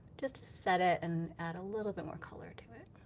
just to set it and add a little bit more color to it.